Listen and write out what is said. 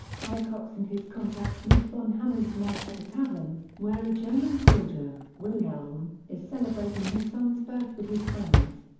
hicox and his contacts meet von hammersmark at a tavern, where a german soldier, wilhelm, is celebrating his son's birth with his friends.